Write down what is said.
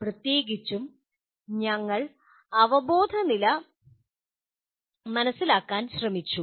പ്രത്യേകിച്ചും ഞങ്ങൾ അവബോധനില മനസ്സിലാക്കാൻ ശ്രമിച്ചു